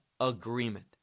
agreement